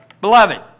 Beloved